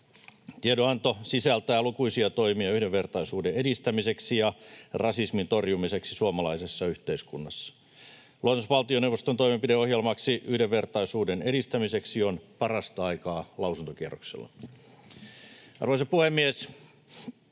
Tiedonanto sisältää lukuisia toimia yhdenvertaisuuden edistämiseksi ja rasismin torjumiseksi suomalaisessa yhteiskunnassa. Luonnos valtioneuvoston toimenpideohjelmaksi yhdenvertaisuuden edistämiseksi on parasta aikaa lausuntokierroksella. Arvoisa puhemies!